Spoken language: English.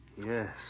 Yes